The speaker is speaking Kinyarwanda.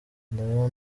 ndaba